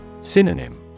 Synonym